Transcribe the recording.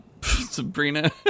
Sabrina